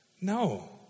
No